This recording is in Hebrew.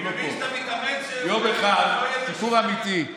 יום אחד, סיפור אמיתי.